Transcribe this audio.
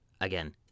again